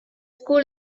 school